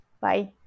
bye